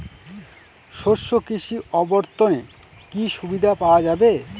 শস্য কৃষি অবর্তনে কি সুবিধা পাওয়া যাবে?